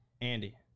Andy